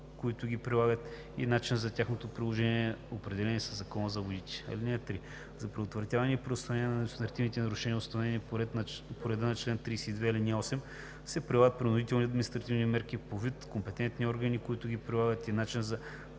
които ги прилагат, и начин за тяхното прилагане, определени със Закона за водите. (3) За предотвратяване и преустановяване на административните нарушения, установени по реда на чл. 32, ал. 8, се прилагат принудителни административни мерки по вид, компетентни органи, които ги прилагат, и начин за